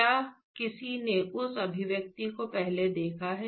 क्या किसी ने उस अभिव्यक्ति को पहले देखा है